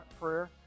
prayer